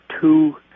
two